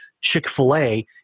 Chick-fil-A